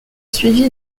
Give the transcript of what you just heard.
suivi